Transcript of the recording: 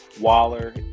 Waller